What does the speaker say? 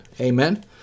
Amen